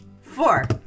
Four